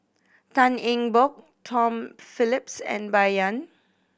Tan Eng Bock Tom Phillips and Bai Yan